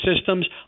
systems